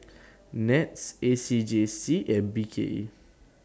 Nets A C J C and B K E